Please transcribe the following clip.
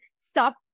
stop